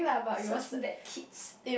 such bad kids